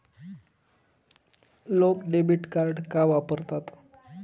लोक debit card का वापरतात?